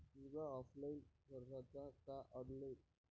बिमा ऑफलाईन भराचा का ऑनलाईन?